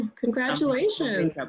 Congratulations